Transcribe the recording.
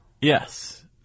Yes